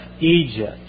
Egypt